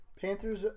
Panthers